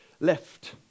left